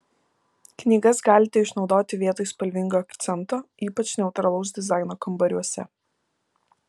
knygas galite išnaudoti vietoj spalvingo akcento ypač neutralaus dizaino kambariuose